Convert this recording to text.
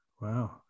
wow